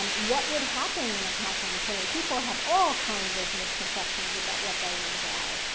um what would happen in a counseling appointment? people have all kinds of misconceptions about what that is about.